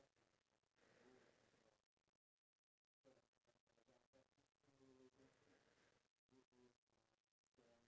would ask the ques~ the husband questions like when was the last time he took the wife out on a date and then um like